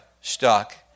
stuck